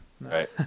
Right